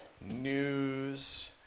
news